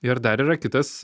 ir dar yra kitas